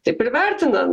taip ir vertina